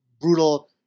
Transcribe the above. brutal